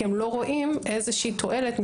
כי הם לא רואים איזושהי תועלת.